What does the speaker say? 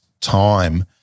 time